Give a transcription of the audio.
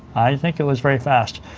i think it was very fast.